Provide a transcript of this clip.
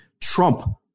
trump